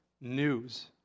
news